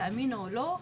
תאמינו או לא.